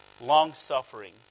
long-suffering